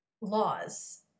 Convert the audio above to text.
laws